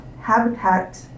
habitat